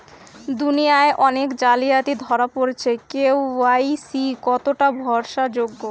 দুনিয়ায় অনেক জালিয়াতি ধরা পরেছে কে.ওয়াই.সি কতোটা ভরসা যোগ্য?